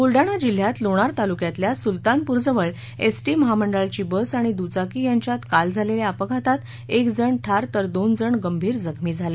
ब्लडाणा जिल्हयात लोणार तालुक्यातल्या सुलतानप्र जवळ एस टी महामंडळाची बस आणि दुचाकी यांच्यात काल झालेल्या अपघातात एक जण ठार तर दोन जण गंभीर जखमी झाले